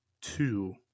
Two